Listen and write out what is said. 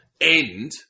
end